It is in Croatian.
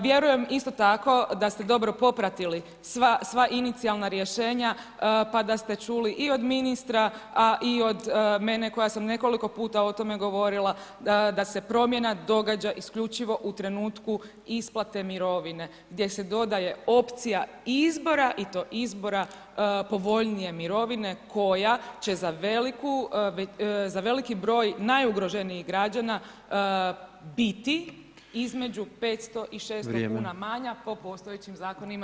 Vjerujem isto tako da ste dobro popratili sva inicijalna rješenja pa da ste čuli i od ministra a i od mene koja sam nekoliko puta o tome govorila da se promjena događa isključivo u trenutku isplate mirovine gdje se dodaje opcija izbora i to izbora povoljnije mirovine koja će za veliki broj najugroženijih građana biti između 500 i 600 kuna manja po postojećim zakonima.